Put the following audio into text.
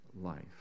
life